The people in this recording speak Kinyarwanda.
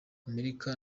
amerika